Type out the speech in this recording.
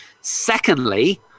Secondly